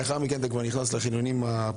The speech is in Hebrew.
לאחר מכן אתה כבר נכנס לחניונים הפרטיים.